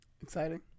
Exciting